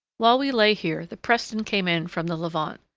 while we lay here the preston came in from the levant.